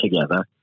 together